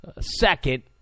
Second